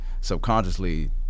subconsciously